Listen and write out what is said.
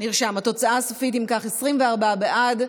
התוצאה הסופית, אם כך: 24 בעד,